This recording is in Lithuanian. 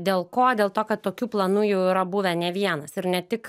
dėl ko dėl to kad tokių planų jau yra buvę ne vienas ir ne tik